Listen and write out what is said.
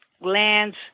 lands